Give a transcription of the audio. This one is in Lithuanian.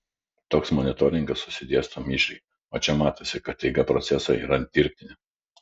toks monitoringas susidėsto mišriai o čia matosi kad eiga proceso yra dirbtinė